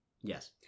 Yes